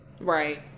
right